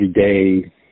everyday